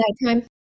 nighttime